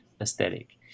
aesthetic